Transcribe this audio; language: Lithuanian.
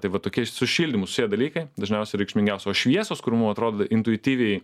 tai va tokie su šildymu susiję dalykai dažniausiai reikšmingiausi o šviesos kur mum atrodo intuityviai